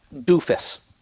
Doofus